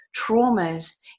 traumas